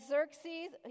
Xerxes